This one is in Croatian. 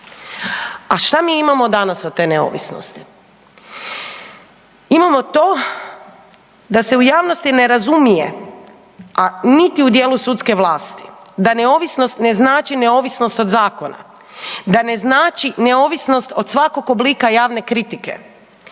A šta mi imamo danas od ne neovisnosti? Imamo to da se u javnosti ne razumije niti u djelu sudske vlasti da neovisnost ne znači neovisnost od zakona, da ne znači neovisnost od svakog oblika javne kritike,